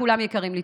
וכולם יקרים לי.